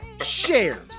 Shares